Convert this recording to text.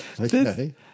Okay